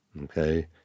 Okay